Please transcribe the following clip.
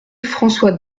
françois